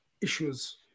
issues